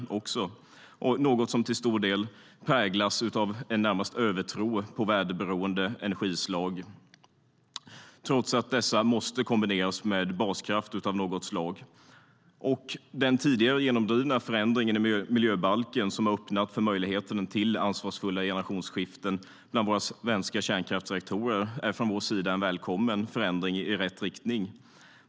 Det präglas till stor del av en närmast övertro på väderberoende energislag trots att dessa måste kombineras med baskraft av något slag. Den tidigare genomdrivna förändringen i miljöbalken, som har öppnat för möjligheten till ansvarsfulla generationsskiften bland våra svenska kärnkraftsreaktorer, är sett från vår sida en välkommen förändring i rätt riktning.